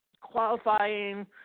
qualifying